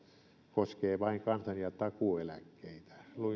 koskee vain kansan ja takuueläkkeitä